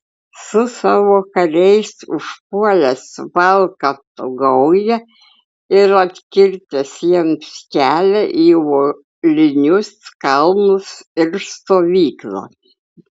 su savo kariais užpuolęs valkatų gaują ir atkirtęs jiems kelią į uolinius kalnus ir stovyklą